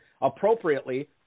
appropriately